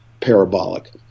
parabolic